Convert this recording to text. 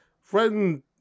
friend